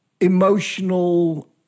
emotional